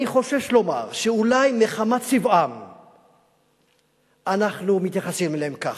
אני חושש לומר שאולי מחמת צבעם אנחנו מתייחסים אליהם ככה,